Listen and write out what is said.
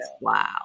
Wow